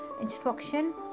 Instruction